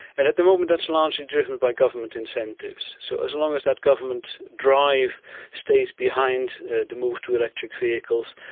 and at the moment that's largely driven by government incentives. so as long as that government drive stays behind the move to electric vehicles,